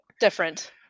different